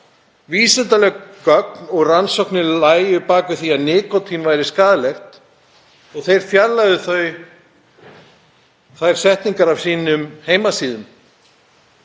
vísindalegu gögn og rannsóknir lægju að baki því að nikótín væri skaðlegt og þau fjarlægðu þær setningar af sínum heimasíðum.